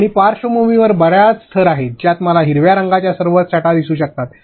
आणि पार्श्वभूमीमध्ये बर्याच थर आहेत ज्यात मला हिरव्या रंगाच्या सर्व छटा दिसू शकतात